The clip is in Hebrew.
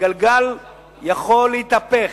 גלגל יכול להתהפך,